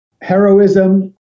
Heroism